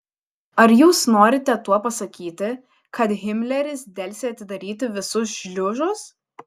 ar jūs norite tuo pasakyti kad himleris delsė atidaryti visus šliuzus